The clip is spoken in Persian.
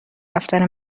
رفتن